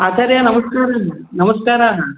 आचार्य नमस्कारः नमस्काराः